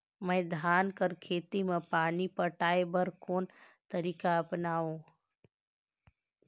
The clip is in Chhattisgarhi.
मैं धान कर खेती म पानी पटाय बर कोन तरीका अपनावो?